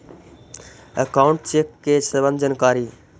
Account check के सम्बन्ध जानकारी?